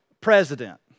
president